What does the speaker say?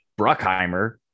Bruckheimer